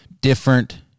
different